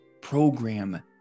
program